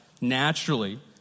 Naturally